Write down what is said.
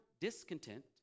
discontent